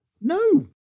No